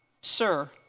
Sir